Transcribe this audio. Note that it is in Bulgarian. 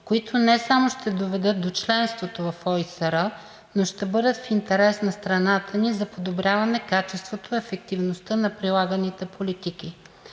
които не само ще доведат до членството в ОИСР, но ще бъдат в интерес на страната ни за подобряване качеството и ефективността на прилаганите политики.